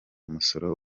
musoro